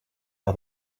are